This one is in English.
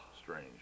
Strange